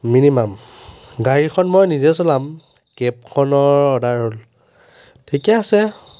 minimum গাড়ীখন মই নিজে চলাম কেবখনৰ অৰ্ডাৰ ঠিকে আছে